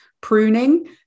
pruning